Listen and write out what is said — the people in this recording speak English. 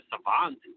savant